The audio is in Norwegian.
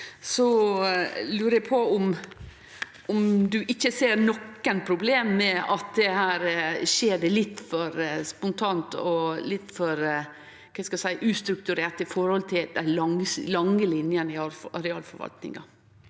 lurer eg på om han ikkje ser nokon problem med at dette skjer litt for spontant og litt for ustrukturert med omsyn til dei lange linjene i arealforvaltninga.